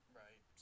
right